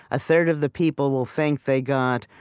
a third of the people will think they got,